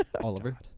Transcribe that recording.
Oliver